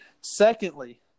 Secondly